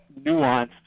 nuanced